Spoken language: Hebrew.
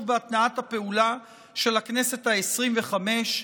בהתנעת הפעולה של הכנסת העשרים-וחמש,